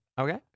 Okay